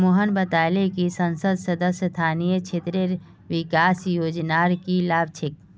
मोहन बताले कि संसद सदस्य स्थानीय क्षेत्र विकास योजनार की लाभ छेक